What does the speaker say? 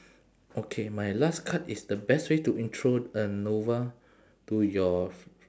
okay my last card is the best way to intro a novice to your f~